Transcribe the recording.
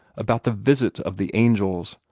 about the visit of the angels,